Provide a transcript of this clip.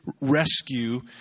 rescue